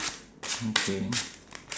okay